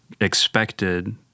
expected